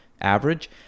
average